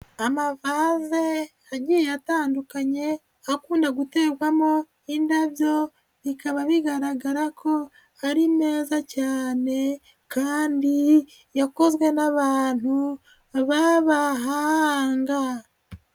Amavaze agiye atandukanye akunda guterwamo indabyo bikaba bigaragara ko ari meza cyane kandi yakozwe n'abantu b'abahanga.